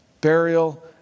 burial